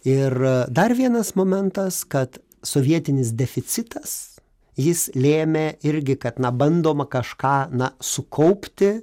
ir dar vienas momentas kad sovietinis deficitas jis lėmė irgi kad na bandoma kažką na sukaupti